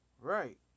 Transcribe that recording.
Right